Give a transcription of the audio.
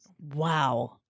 Wow